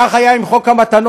כך היה עם חוק המתנות.